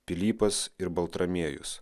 pilypas ir baltramiejus